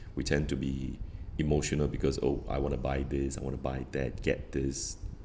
we tend to be emotional because oh I wanna buy this I wanna buy that get this